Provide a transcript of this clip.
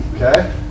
Okay